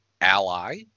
ally